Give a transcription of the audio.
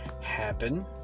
happen